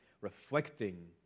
reflecting